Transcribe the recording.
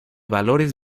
valores